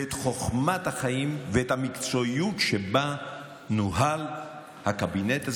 את חוכמת החיים ואת המקצועיות שבה נוהל הקבינט הזה,